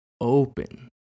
open